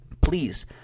please